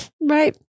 Right